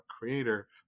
creator